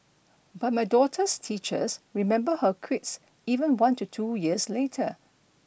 but my daughter's teachers remember her quirks even one to two years later